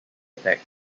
attack